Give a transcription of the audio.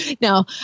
No